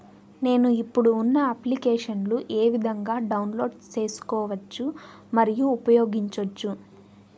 నేను, ఇప్పుడు ఉన్న అప్లికేషన్లు ఏ విధంగా డౌన్లోడ్ సేసుకోవచ్చు మరియు ఉపయోగించొచ్చు?